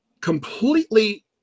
completely